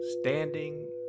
Standing